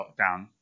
lockdown